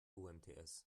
umts